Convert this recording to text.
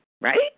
Right